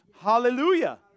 Hallelujah